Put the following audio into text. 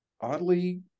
oddly